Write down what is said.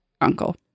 Uncle